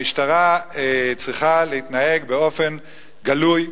המשטרה צריכה להתנהג באופן גלוי,